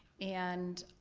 and